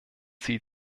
sie